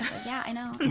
yeah, i know.